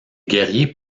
guerriers